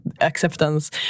acceptance